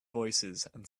voicesand